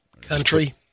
Country